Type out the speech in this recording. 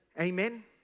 Amen